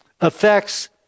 affects